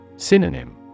Synonym